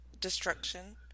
destruction